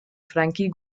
frankie